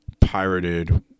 pirated